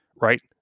Right